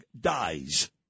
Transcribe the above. dies